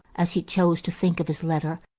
as he chose to think of his letter,